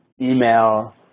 email